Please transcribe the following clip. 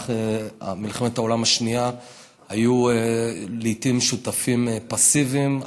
במהלך מלחמת העולם השנייה היו לעיתים שותפים פסיביים,